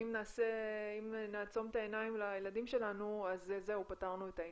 שאם נעצום את העיניים לילדים שלנו אז פתרנו את העניין.